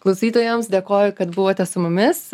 klausytojams dėkoju kad buvote su mumis